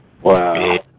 Wow